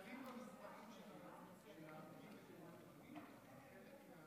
הם נכללים במספרים של ההרוגים בתאונות דרכים?